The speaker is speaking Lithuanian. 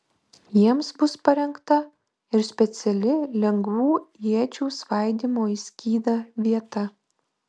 jiems bus parengta ir speciali lengvų iečių svaidymo į skydą vieta